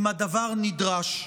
אם הדבר נדרש.